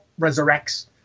resurrects